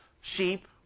sheep